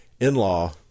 in-law